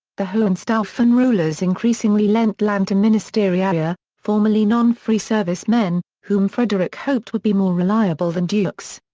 the hohenstaufen rulers increasingly lent land to ministerialia, formerly non-free service men, whom frederick hoped would be more reliable than dukes.